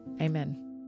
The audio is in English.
Amen